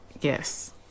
Yes